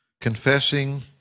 confessing